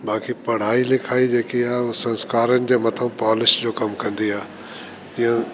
बाकि पढ़ाई लिखाई जेकी आहे उहे संस्कारनि जे मथऊं पॉलिश जो कमु कंदी आहे इहो